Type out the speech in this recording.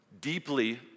deeply